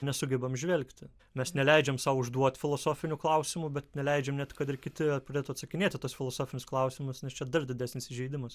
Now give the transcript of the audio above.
nesugebam įžvelgti mes neleidžiam sau užduot filosofinių klausimų bet neleidžiam net kad ir kiti galėtų atsakinėti į tuos filosofinius klausimus nes čia dar didesnis įžeidimas